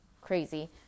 crazy